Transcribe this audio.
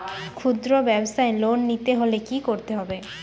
খুদ্রব্যাবসায় লোন নিতে হলে কি করতে হবে?